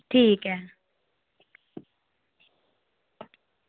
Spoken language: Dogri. ठीक ऐ